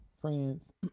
friends